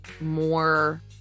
more